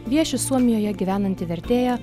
vieši suomijoje gyvenanti vertėja